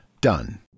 Done